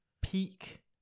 peak